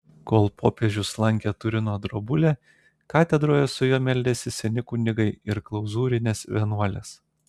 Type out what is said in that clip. kol popiežius lankė turino drobulę katedroje su juo meldėsi seni kunigai ir klauzūrinės vienuolės